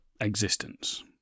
existence